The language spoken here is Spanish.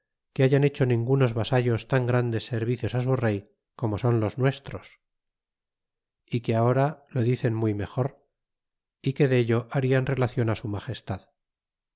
que hayan hecho ningunos vasallos tan grandes servicios á su rey como son los nuestros é que ahora lo dicen muy mejor y que dello harian relacion su nlagestad